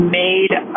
made